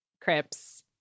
crips